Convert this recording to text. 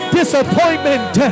disappointment